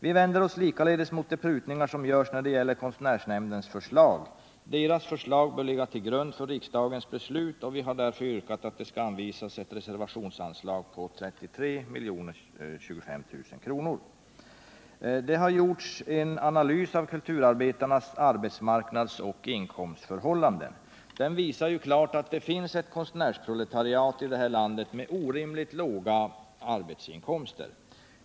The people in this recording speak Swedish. Vi vänder oss likaledes mot de prutningar som görs när det gäller konstnärsnämndens förslag. Dess förslag bör ligga till grund för riksdagens beslut, och vi vill därför att det skall anvisas ett reservationsanslag på 33 025 000 kr. Det har gjorts en analys av kulturarbetarnas arbetsmarknadsoch inkomstförhållanden. Den visar klart att det finns ett konstnärsproletariat i detta land med orimligt låga inkomster.